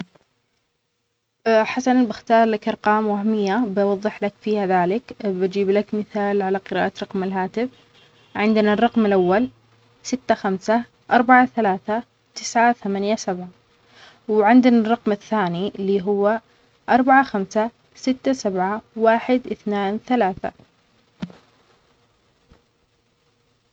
حسناً بختار لك أرقام مهمية بوضح لك فيها ذلك بجيب لك مثال على قراءة رقم الهاتف عندنا الرقم الأول سته ، خمسه، اربعه ، ثلاثه ، تسعه ، ثمانيه ، سبعه وعندنا الرقم الثاني اللي هو اربعه ، خمسه ، سته، سبعه، واحد، اثنان، ثلاثه.